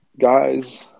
guys